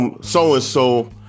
so-and-so